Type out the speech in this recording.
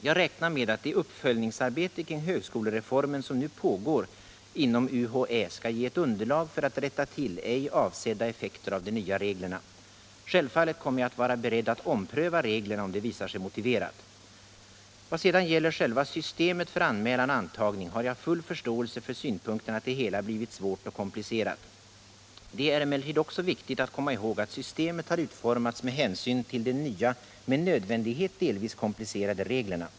Jag räknar med att det uppföljningsarbete kring högskolereformen som nu pågår inom universitetsoch högskoleämbetet skall ge ett underlag för att rätta till ej avsedda effekter av de nya reglerna. Självfallet kommer jag att vara beredd att ompröva reglerna om det visar sig motiverat. I vad sedan gäller själva systemet för anmälan och antagning har jag full förståelse för synpunkten att det hela blivit svårt och komplicerat. Det är emellertid också viktigt att komma ihåg att systemet har utformats med hänsyn till de nya med nödvändighet delvis komplicerade reglerna.